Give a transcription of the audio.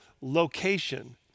location